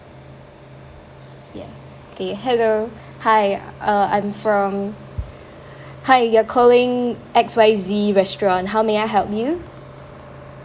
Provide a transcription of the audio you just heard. yeah okay hello hi uh I'm from hi you are calling X Y Z restaurant how may I help you